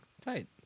Tight